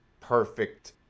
perfect